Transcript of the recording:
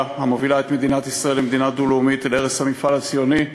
המובילה את מדינת ישראל למדינה דו-לאומית ולהרס המפעל הציוני,